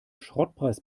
schrottpreis